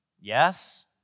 Yes